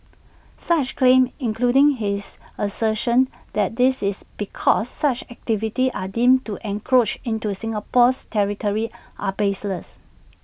such claims including his assertion that this is because such activities are deemed to encroach into Singapore's territory are baseless